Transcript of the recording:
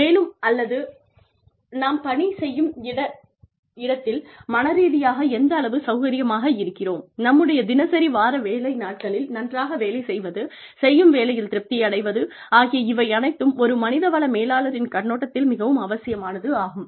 மேலும் அல்லது நாம் பணி செய்யும் இடத்க்ட்டில் மனரீதியாக எந்த அளவு சௌகரியமாக இருக்கிறோம் நம்முடைய தினசரி வார வேலை நாட்களில் நன்றாக வேலை செய்வது செய்யும் வேலையில் திருப்தி அடைவது ஆகிய இவை அனைத்தும் ஒரு மனிதவள மேலாளரின் கண்ணோட்டத்தில் மிகவும் அவசியமானது ஆகும்